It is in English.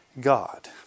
God